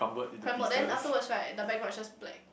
crumbled then afterwards right the background is just black